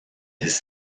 his